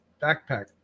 backpack